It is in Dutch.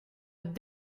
het